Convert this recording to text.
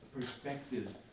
perspective